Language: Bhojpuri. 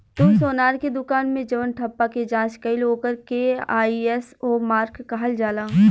तू सोनार के दुकान मे जवन ठप्पा के जाँच कईल ओकर के आई.एस.ओ मार्क कहल जाला